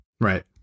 Right